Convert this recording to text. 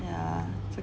yeah